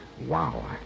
Wow